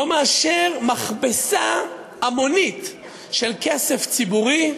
לא יותר מאשר מכבסה המונית של כסף ציבורי.